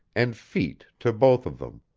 and feet to both of them